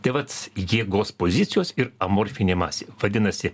tai vat jėgos pozicijos ir amorfinė masė vadinasi